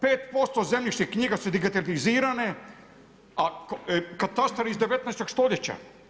5% zemljišnih knjiga su digitalizirane, a katastar iz 19. stoljeća.